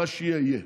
מה שיהיה יהיה,